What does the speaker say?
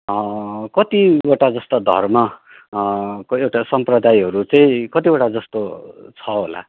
कतिवटा जस्ता धर्म को एउटा सम्प्रदायहरू चाहिँ कतिवटा जस्तो छ होला